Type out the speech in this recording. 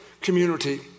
community